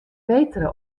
betere